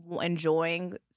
enjoying